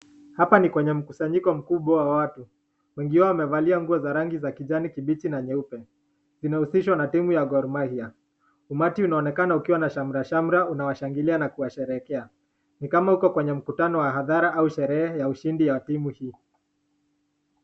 Hapa ni kwenye mkusanyiko mkubwa wa watu. Wengi wao wamevalia nguo za rangi za kijani kibichi na nyeupe. Zinahusishwa na timu ya Gor Mahia. Umati unaonekana ukiwa na shamra shamra unawashangilia na kuwasherehekea. Ni kama huko kwenye mkutano wa hadhara au sherehe ya ushindi ya timu hii.